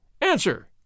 Answer